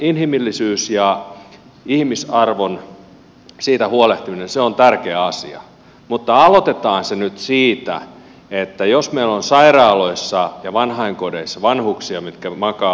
inhimillisyydestä ja ihmisarvosta huolehtiminen on tärkeä asia mutta aloitetaan se nyt siitä jos meillä on sairaaloissa ja vanhainkodeissa vanhuksia jotka makaavat ulosteissaan